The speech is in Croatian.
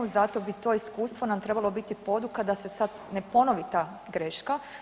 Zato bi to iskustvo nam trebalo biti poduka da se sad ne ponovi ta greška.